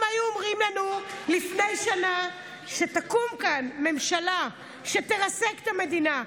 אם היו אומרים לנו לפני שנה שתקום כאן ממשלה שתרסק את המדינה,